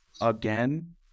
again